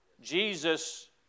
Jesus